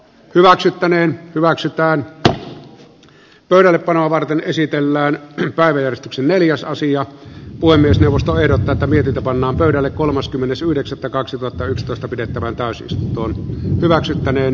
kyllä ärsyttäneen hyväksytään että pöydällepanoa varten esitellään päivystyksen neljäsosia voi myös neuvosto ehdottaa virka pannaan pöydälle kolmaskymmenes yhdeksättä kaksituhattayksitoista pidettävä taisikin nokan siltanen